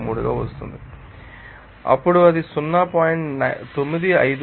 023 గా వస్తుంది అప్పుడు అది 0